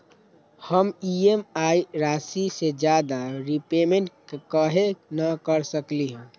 हम ई.एम.आई राशि से ज्यादा रीपेमेंट कहे न कर सकलि ह?